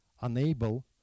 unable